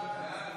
הבריאות